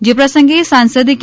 જે પ્રસંગે સાંસદ કે